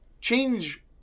change